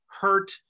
hurt